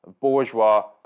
bourgeois